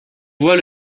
voit